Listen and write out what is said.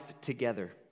together